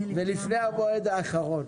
ולפני המועד האחרון.